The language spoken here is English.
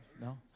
No